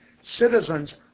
citizens